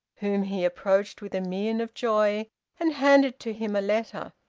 whom he approached with a mien of joy and handed to him a letter.